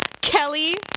Kelly